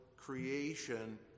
creation